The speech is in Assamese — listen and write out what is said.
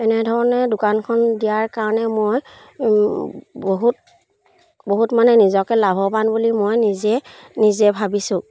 এনেধৰণে দোকানখন দিয়াৰ কাৰণে মই বহুত বহুত মানে নিজকে লাভৱান বুলি মই নিজে নিজে ভাবিছোঁ